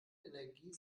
energie